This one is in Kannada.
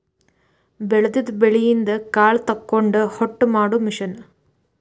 ಬೆಳದಿದ ಬೆಳಿಯಿಂದ ಕಾಳ ತಕ್ಕೊಂಡ ಹೊಟ್ಟ ಮಾಡು ಮಿಷನ್